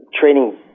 training